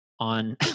on